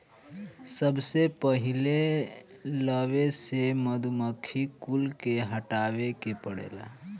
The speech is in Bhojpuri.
सबसे पहिले लवे से मधुमक्खी कुल के हटावे के पड़ेला